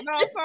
no